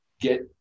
get